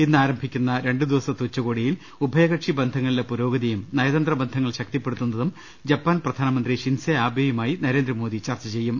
ഇന്നാരംഭിക്കുന്ന രണ്ടുദിവ സത്തെ ഉച്ചകോടിയിൽ ഉഭയകക്ഷി ബന്ധങ്ങളിലെ പുരോഗതിയും നയതന്ത്ര ബന്ധങ്ങൾ ശക്തിപ്പെടുത്തുന്നതും ജപ്പാൻ പ്രധാനമന്ത്രി ഷിൻസെ ആബെ യുമായി നരേന്ദ്രമോദി ചർച്ച ചെയ്യും